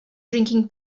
drinking